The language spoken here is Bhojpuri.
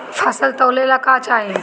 फसल तौले ला का चाही?